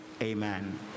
Amen